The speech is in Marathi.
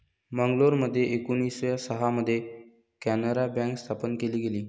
मंगलोरमध्ये एकोणीसशे सहा मध्ये कॅनारा बँक स्थापन केली गेली